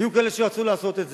היו כאלה שרצו לעשות את זה.